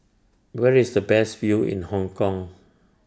Where IS The Best View in Hong Kong